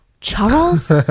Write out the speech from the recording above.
Charles